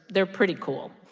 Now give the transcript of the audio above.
they're pretty cool.